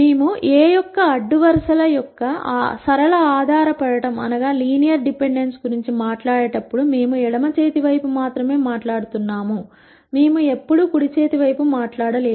మేము A యొక్క అడ్డు వరుసల యొక్క సరళ ఆధారపడటం గురించి మాట్లాడేటప్పుడు మేము ఎడమ చేతి వైపు మాత్రమే మాట్లాడుతున్నాము మేము ఎప్పుడూ కుడి చేతి వైపు మాట్లాడలేదు